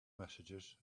messages